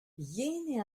yen